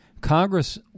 Congress